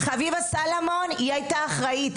חביבה סלומון הייתה אחראית.